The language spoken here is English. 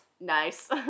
Nice